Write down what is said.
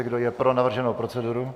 Kdo je pro navrženou proceduru?